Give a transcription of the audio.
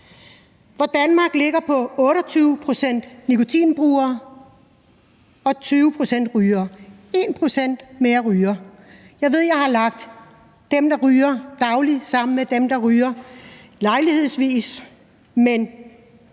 hvorimod Danmark ligger på 28 pct. nikotinbrugere og 20 pct. rygere. Det er 1 pct. mere, der ryger. Jeg ved, at jeg har lagt dem, der ryger dagligt, sammen med dem, der ryger lejlighedsvis, men